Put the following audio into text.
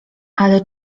ale